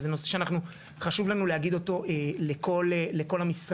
וזה נושא שחשוב לנו להגיד אותו לכל המשרדים,